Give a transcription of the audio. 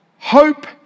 Hope